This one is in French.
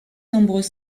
nombreux